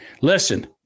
listen